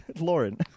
Lauren